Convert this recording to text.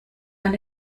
man